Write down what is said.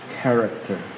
character